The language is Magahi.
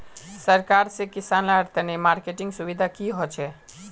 सरकार से किसान लार तने मार्केटिंग सुविधा की होचे?